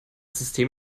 system